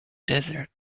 desert